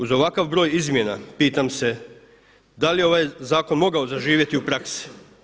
Uz ovakav broj izmjena pitam se da li je ovaj zakon mogao zaživjeti u praksi?